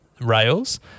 Rails